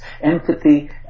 Empathy